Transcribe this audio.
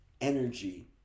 energy